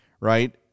right